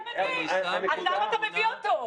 אתה מבין, אז למה אתה מביא אותו?